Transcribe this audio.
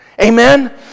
Amen